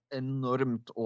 enormt